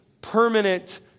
permanent